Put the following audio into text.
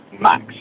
max